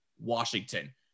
Washington